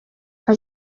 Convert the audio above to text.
nka